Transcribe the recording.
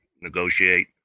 negotiate